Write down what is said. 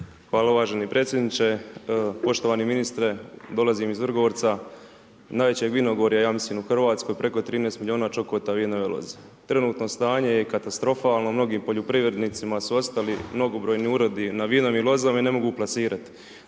Hvala lijep predsjedniče, poštovani ministre. Dolazim iz Vrgorca, najjačeg vinogorja, ja mislim u Hrvatskoj, preko 13 milijuna čokota vinove loze, trenutno stanje je katastrofalno. Mnogim poljoprivrednicima su ostali mnogobrojni urodi na vinovim lozama i ne mogu plasirati.